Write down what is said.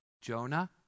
jonah